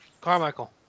Carmichael